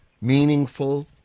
meaningful